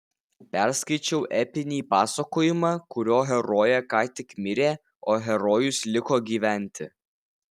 perskaičiau epinį pasakojimą kurio herojė ką tik mirė o herojus liko gyventi